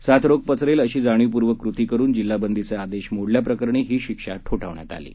साथ रोग पसरेल अशी जाणीवपूर्वक कृती करून जिल्हा बंदीचा आदेश मोडल्याप्रकरणी ही शिक्षा ठोठावण्यात आली आहे